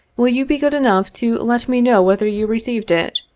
will you be good enough to let me know whether you received it?